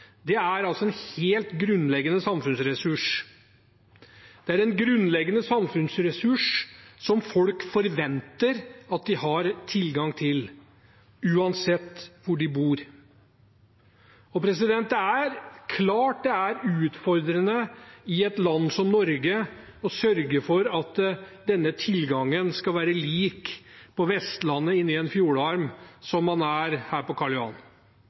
er en helt grunnleggende samfunnsressurs. Det er en grunnleggende samfunnsressurs som folk forventer at de har tilgang til, uansett hvor de bor. Det er klart det er utfordrende i et land som Norge å sørge for at denne tilgangen skal være like god på Vestlandet inne i en fjordarm som her på